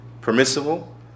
permissible